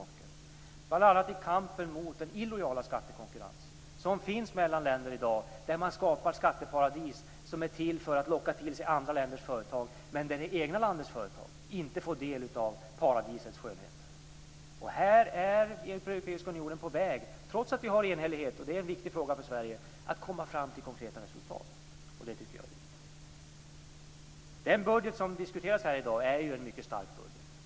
Det gäller bl.a. i kampen mot den illojala skattekonkurrens som finns mellan länder i dag där man skapar skatteparadis som är till för att locka till sig andra länders företag men där det egna landets företag inte får del av paradisets skönheter. Här är Europeiska unionen på väg - trots att vi har enhällighet, och det är en viktig fråga för Sverige - att komma fram till konkreta resultat. Det tycker jag är viktigt. Den budget som diskuteras här i dag är en mycket stark budget.